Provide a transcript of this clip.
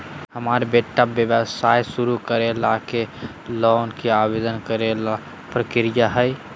हमरा छोटा व्यवसाय शुरू करे ला के लोन के आवेदन करे ल का प्रक्रिया हई?